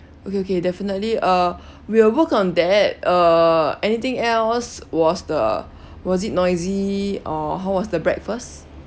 okay okay definitely uh we'll work on that uh anything else was the was it noisy or how was the breakfast